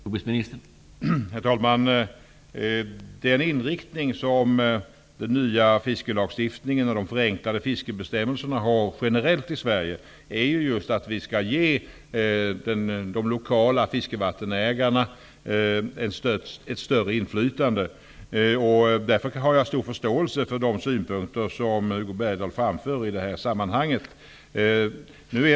Herr talman! Den inriktning som den nya fiskelagstiftningen och de förenklade fiskebestämmelserna har generellt i Sverige är just att vi skall ge de lokala fiskevattensägarna ett större inflytande. Därför har jag stor förståelse för de synpunkter som Hugo Bergdahl framför i det här sammanhanget.